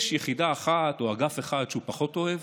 יש יחידה אחת או אגף אחד שהוא פחות אוהב,